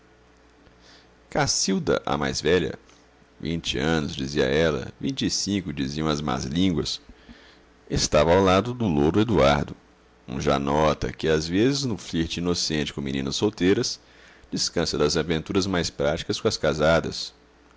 cacilda a mais velha vinte anos dizia ela vinte e cinco diziam as más línguas estava ao lado do louro eduardo um janota que às vezes no flirt inocente com meninas solteiras descansa das aventuras mais práticas com as casadas